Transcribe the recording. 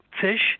fish